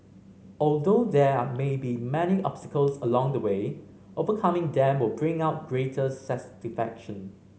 although there are may be many obstacles along the way overcoming them will bring out greater